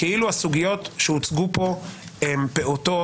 כאילו הסוגיות שהוצגו פה הן פעוטות,